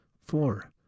Four